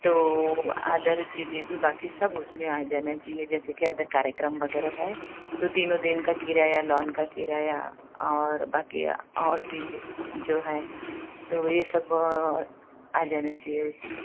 तो अदर चीज़ें भी बाकी सब उसमें आ जाना चाहिए जैसे के अदर कार्यक्रम वगैरह है तो तीनों दिन का किराया लॉन का किराया और बाकी और भी जो है तो ये सब आ जाना चाहिए उसमें